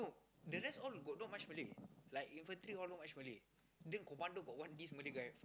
the rest all got not much Malay like infantry all not much Malay then commando got one this Malay guy